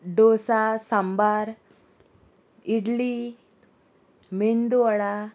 dosa sambar idli medu वडा